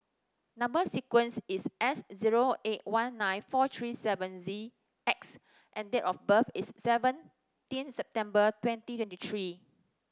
number sequence is S zero eight one nine four three seven Z X and date of birth is seventeen September twenty twenty three